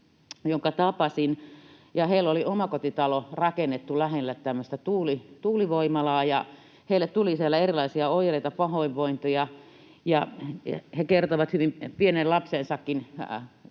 jonka tapasin, ja heillä oli omakotitalo rakennettu lähelle tämmöistä tuulivoimalaa. Heille tuli siellä erilaisia oireita, pahoinvointia, ja he kertoivat hyvin pienestä lapsestaankin,